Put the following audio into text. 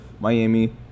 Miami